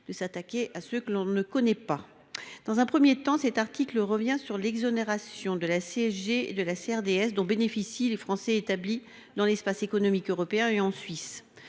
de s’attaquer à ceux que l’on ne connaît pas ! D’une part, l’article revient sur l’exonération de CSG et de CRDS dont bénéficient les Français établis dans l’espace économique européen et en Suisse.